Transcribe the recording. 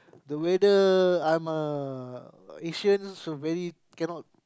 the weather I'm a Asians very cannot